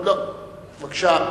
בבקשה.